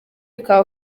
bikaba